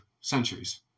centuries